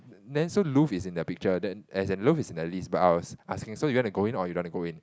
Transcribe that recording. then so Louvre is in the picture then as in Louvre is in the list but I was asking so you want to go in or you don't want to go in